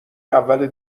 اول